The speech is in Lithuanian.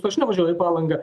aš nuvažiavau į palangą